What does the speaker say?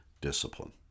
discipline